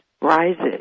rises